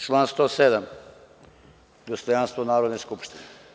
Član 107, dostojanstvo Narodne skupštine.